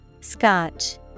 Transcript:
scotch